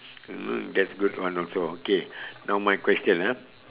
mm that's good one also okay now my question ah